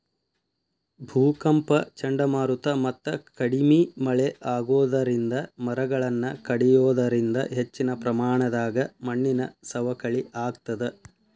ಭೂಕಂಪ ಚಂಡಮಾರುತ ಮತ್ತ ಕಡಿಮಿ ಮಳೆ ಆಗೋದರಿಂದ ಮರಗಳನ್ನ ಕಡಿಯೋದರಿಂದ ಹೆಚ್ಚಿನ ಪ್ರಮಾಣದಾಗ ಮಣ್ಣಿನ ಸವಕಳಿ ಆಗ್ತದ